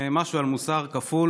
חבר הכנסת יברקן.